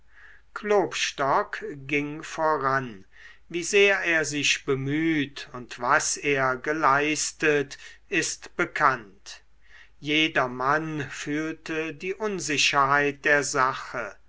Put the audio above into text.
klopstock ging voran wie sehr er sich bemüht und was er geleistet ist bekannt jedermann fühlte die unsicherheit der sache